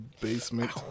basement